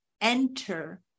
enter